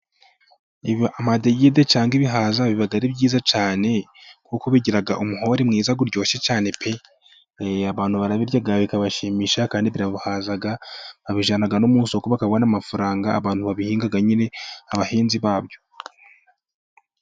Amadegede cyangwa ibihaza biba ari byiza cyane, kuko bigira umuhore mwiza uryoshye cyane pe, abantu barabirya bikabashimisha kandi birabahaza, babijyana no mu isoko bakabona amafaranga, abantu babihinga nyine abahinzi babyo.